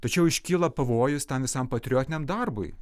tačiau iškyla pavojus tam visam patriotiniam darbui